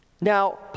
Now